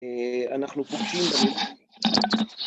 אנחנו פותחים...